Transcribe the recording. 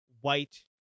white